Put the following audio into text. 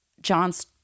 John's